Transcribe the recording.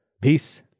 Peace